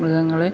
മൃഗങ്ങളെ